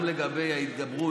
גם לגבי ההתגברות,